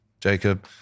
Jacob